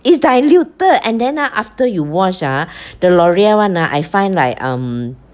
is diluted and then ah after you wash ah the L'oreal [one] ah I find like um